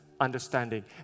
understanding